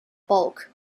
bulk